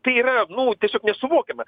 tai yra nu tiesiog nesuvokiama